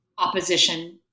opposition